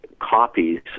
copies